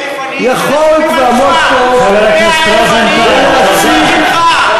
כי היא לא רצתה ש-100,000 עניים יהיו רשומים על שמה.